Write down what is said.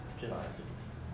okay lah